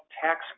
tax